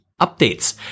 updates